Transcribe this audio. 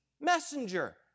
messenger